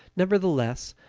nevertheless,